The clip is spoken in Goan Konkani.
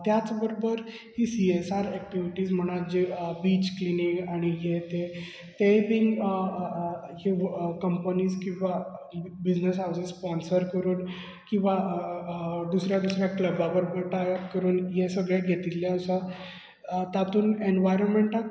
त्याच बरोबर ती सी एस आर ऐक्टींवीटी म्हण जे बीच क्लीनिंग आनी हे ते बीन कंपनींज किंवा बिजनेसांक स्पोंनसर करून किंवा दुसऱ्या दुसऱ्या क्लबा कडल्यान टायप करून हे सगळें घेतिल्ले आसा तातूंत ऍनर्वरमॅनटाक